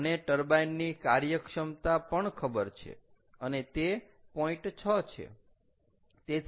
મને ટર્બાઈન ની કાર્યક્ષમતા પણ ખબર છે અને તે 0